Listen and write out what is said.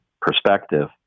perspective